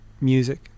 music